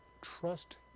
trust